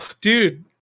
dude